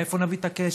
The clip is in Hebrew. מאיפה נביא את הכסף,